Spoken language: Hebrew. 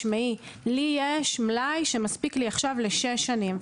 לי יש מלאי שמספיק לי עכשיו לשש שנים,